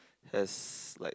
has like